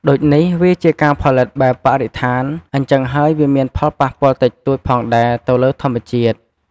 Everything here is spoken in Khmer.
ដូចនេះ វាជាការផលិតបែបបរិស្ថាន អញ្ចឹងហ់ើយវាមានផលប៉ះពាល់តិចតួចផងដែរទៅលើធម្មជាតិ។